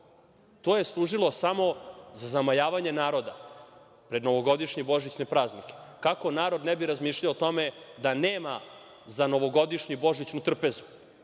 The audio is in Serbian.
To je služilo samo za zamajavanje naroda pred novogodišnje i božićne praznike, kako narod ne bi razmišljao o tome da nema za novogodišnju i božićnu trpezu,